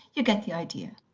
you get the idea.